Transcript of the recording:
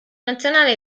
nazionale